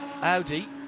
Audi